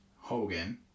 Hogan